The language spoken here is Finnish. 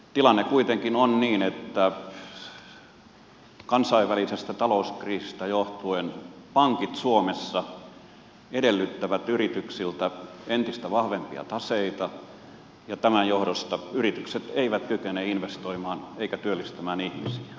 tilanne kuitenkin on niin että kansainvälisestä talouskriisistä johtuen pankit suomessa edellyttävät yrityksiltä entistä vahvempia taseita ja tämän johdosta yritykset eivät kykene investoimaan eivätkä työllistämään ihmisiä